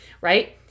right